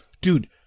dude